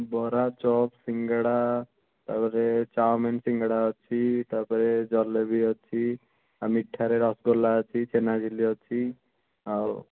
ବରା ଚପ୍ ସିଙ୍ଗେଡ଼ା ଆଉ ତାପରେ ଚାଉମିନ୍ ସିଙ୍ଗେଡ଼ା ଅଛି ତାପରେ ଜଲେବି ଅଛି ଆଉ ମିଠାରେ ରସଗୋଲା ଅଛି ଛେନା ଝିଲି ଅଛି ଆଉ